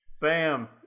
Bam